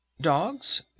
dogs